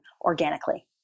organically